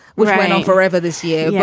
we've known forever this year.